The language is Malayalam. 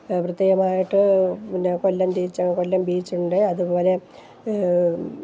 പ്രത്യേകമായിട്ട് പിന്നെ കൊല്ലം ബീച്ച് കൊല്ലം ബീച്ച് ഉണ്ട് അതുപോലെ